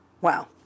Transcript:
Wow